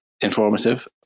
informative